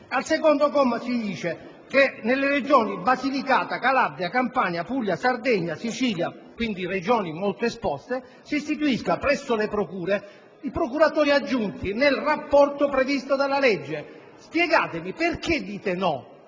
Alla lettera *c)* si prevede che nelle Regioni Basilicata, Calabria, Campania, Puglia, Sardegna e Sicilia, quindi Regioni molto esposte, si istituiscano posti di procuratore aggiunto, nel rapporto previsto dalla legge. Spiegatemi perché vi